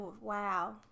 Wow